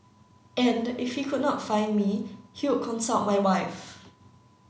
and if he could not find me he would consult my wife